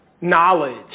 knowledge